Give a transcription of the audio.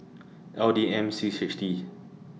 L D M six H T